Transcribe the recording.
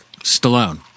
Stallone